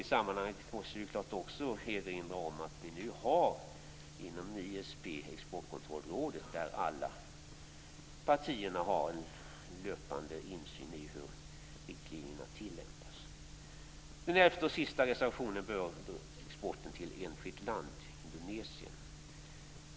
I sammanhanget måste jag erinra om ISP:s exportkontrollråd där alla partierna har en löpande insyn i hur riktlinjerna tillämpas. I den elfte och sista reservationen berör man exporten till ett enskilt land - Indonesien.